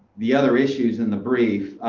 the other issues in the brief.